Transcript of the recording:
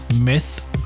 Myth